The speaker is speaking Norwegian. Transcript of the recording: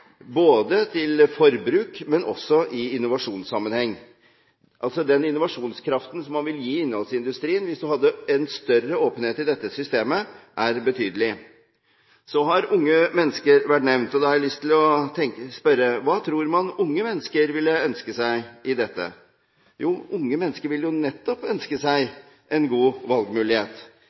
både til forbruk og også i innovasjonssammenheng. Den innovasjonskraften som man vil gi innholdsindustrien, hvis man hadde en større åpenhet i dette systemet, er betydelig. Så har unge mennesker vært nevnt, og da har jeg lyst til å spørre: Hva tror man unge mennesker ville ønske seg i dette? Jo, unge mennesker vil jo nettopp ønske seg en god valgmulighet.